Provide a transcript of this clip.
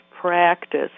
practice